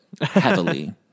heavily